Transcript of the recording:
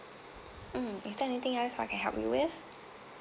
mm is there anything else I can help you with